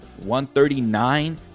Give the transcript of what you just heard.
139